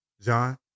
John